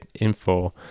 info